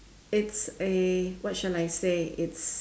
it's a what shall I say it's